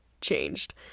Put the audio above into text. changed